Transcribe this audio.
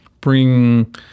bring